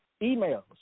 emails